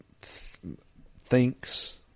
thinks